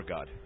God